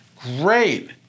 great